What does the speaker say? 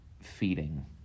feeding